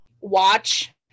watch